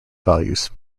values